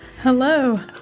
Hello